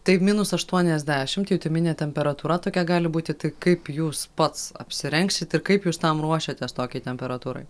tai minus aštuoniasdešimt jutiminė temperatūra tokia gali būti tai kaip jūs pats apsirengsit ir kaip jūs tam ruošiatės tokiai temperatūrai